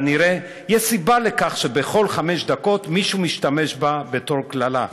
כנראה יש סיבה לכך שכל חמש דקות מישהו משתמש בה בתור קללה,